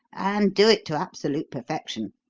and do it to absolute perfection.